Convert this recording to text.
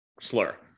slur